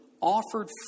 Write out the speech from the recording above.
offered